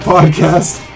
Podcast